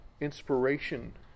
inspiration